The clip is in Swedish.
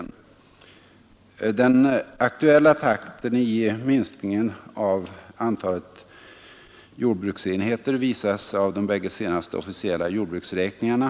Den aktuella takten i minskningen av antalet jordbruksenheter visas av de bägge senaste officiella jordbruksräkningarna.